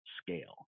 scale